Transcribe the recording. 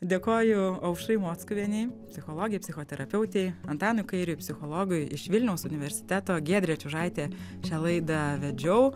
dėkoju aušrai mockuvienei psichologei psichoterapeutei antanui kairiui psichologui iš vilniaus universiteto giedrė čiužaitė šią laidą vedžiau